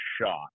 shot